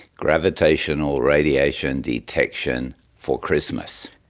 gravitational radiation detection for christmas.